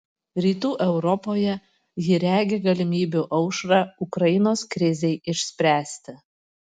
rytų europoje ji regi galimybių aušrą ukrainos krizei išspręsti